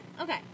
okay